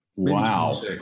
Wow